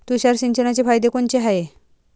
तुषार सिंचनाचे फायदे कोनचे हाये?